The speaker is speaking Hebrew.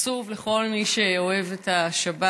עצוב לכל מי שאוהב את השבת,